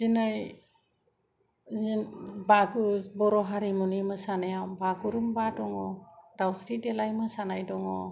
दिनै बर' हारिमुनि मोसानाया बागुरुमबा दङ दाउस्रि देलाय मोसानाय दङ